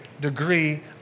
degree